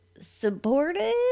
supportive